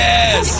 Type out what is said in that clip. Yes